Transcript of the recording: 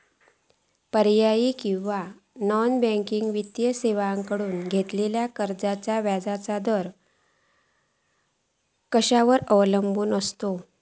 पर्यायी किंवा non banking वित्तीय सेवांकडसून घेतलेल्या कर्जाचो व्याजाचा दर खेच्यार अवलंबून आसता?